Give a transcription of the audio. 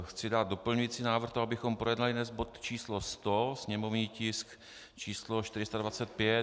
Chci dát doplňující návrh, abychom projednali dnes bod číslo 100, sněmovní tisk číslo 425.